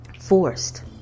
Forced